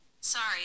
Sorry